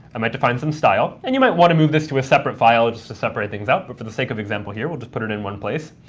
i might define some style, and you might want to move this to a separate file just to separate things out. but for the sake of example here, we'll just put it in one place.